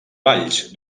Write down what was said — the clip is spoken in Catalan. valls